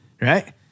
right